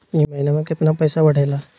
ई महीना मे कतना पैसवा बढ़लेया?